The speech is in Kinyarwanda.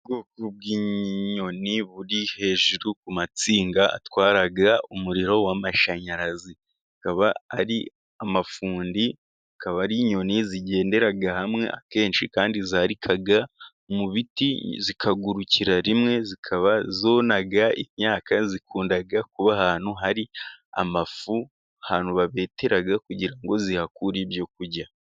Ubwoko bw'inyoni buri hejuru ku tsinga zitwara umuriro w'amashanyarazi. Zikaba ari ifundi, zikaba ari inyoni zigendera hamwe. Akenshi kandi zarika mu biti zikagurukira rimwe, zikaba zona imyaka. Zikunda kuba ahantu hari amafu, ahantu babetera kugira ngo zihakure ibyo kurya.